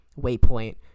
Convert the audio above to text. Waypoint